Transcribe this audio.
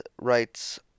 writes